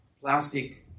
plastic